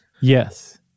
Yes